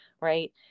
right